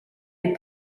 les